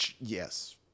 Yes